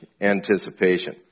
anticipation